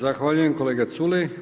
Zahvaljujem kolega Culej.